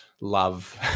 love